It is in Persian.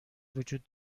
وجود